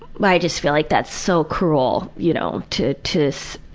but i just feel like that's so cruel, you know, to to so